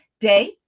day